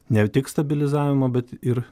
ne tik stabilizavimo bet ir